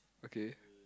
okay